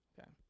okay